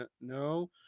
No